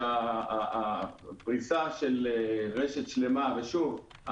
שהפריסה של רשת שלמה שוב,